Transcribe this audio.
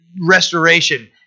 restoration